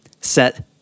set